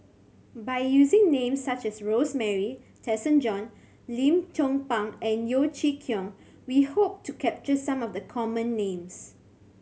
by using names such as Rosemary Tessensohn Lim Chong Pang and Yeo Chee Kiong we hope to capture some of the common names